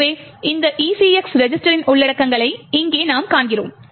எனவே இந்த ECX ரெஜிஸ்டரின் உள்ளடக்கங்களை இங்கே நாம் காண்கிறோம்